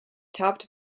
topped